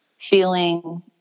feeling